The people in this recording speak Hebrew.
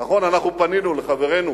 נכון, אנחנו פנינו אל חברינו